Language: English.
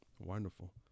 Wonderful